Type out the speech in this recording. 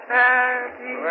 happy